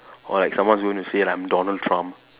or like someone's going to say like I'm Donald Trump